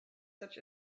such